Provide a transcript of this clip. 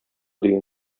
дигән